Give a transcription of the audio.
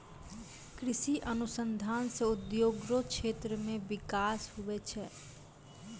कृषि अनुसंधान से उद्योग रो क्षेत्र मे बिकास हुवै छै